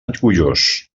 gojós